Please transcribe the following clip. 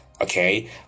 Okay